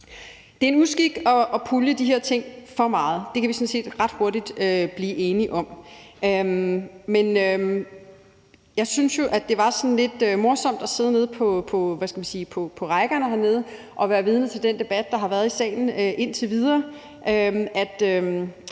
Det er en uskik at pulje de her ting for meget. Det kan vi sådan set ret hurtigt blive enige om. Men jeg synes, at det var sådan lidt morsomt at sidde nede på rækkerne hernede og være vidne til den debat, der har været i salen indtil videre, både